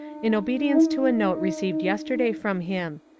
in obedience to a note received yesterday from him.